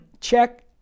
check